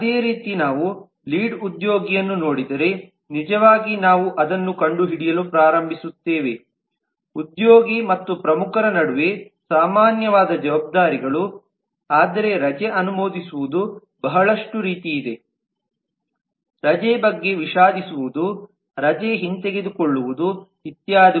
ಅದೇ ರೀತಿ ನಾವು ಲೀಡ್ ಉದ್ಯೋಗಿವನ್ನು ನೋಡಿದರೆ ನಿಜವಾಗಿ ನಾವು ಅದನ್ನು ಕಂಡುಹಿಡಿಯಲು ಪ್ರಾರಂಭಿಸುತ್ತೇವೆ ಉದ್ಯೋಗಿ ಮತ್ತು ಪ್ರಮುಖರ ನಡುವೆ ಸಾಮಾನ್ಯವಾದ ಜವಾಬ್ದಾರಿಗಳು ಆದರೆ ರಜೆ ಅನುಮೋದಿಸುವುದು ಬಹಳಷ್ಟು ರೀತಿಯಿದೆ ರಜೆ ಬಗ್ಗೆ ವಿಷಾದಿಸುವುದು ರಜೆ ಹಿಂತೆಗೆದುಕೊಳ್ಳುವುದು ಇತ್ಯಾದಿ